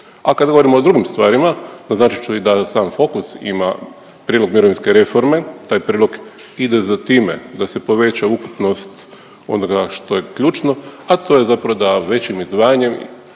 A kad govorim o drugim stvarima, naznačit ću i da sam Fokus ima prilog mirovinske reforme, taj prilog ide za time da se poveća ukupnost onoga što je ključno, a to je zapravo da većim izdvajanjem